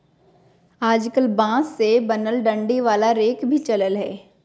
आजकल बांस से बनल डंडी वाला रेक भी चलल हय